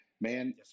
man